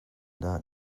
dah